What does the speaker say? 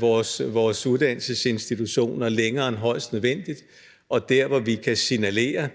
vores uddannelsesinstitutioner længere end højst nødvendigt, og kan vi signalere,